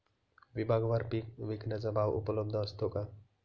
विभागवार पीक विकण्याचा भाव उपलब्ध असतो का?